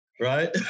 right